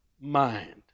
mind